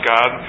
God